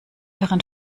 daran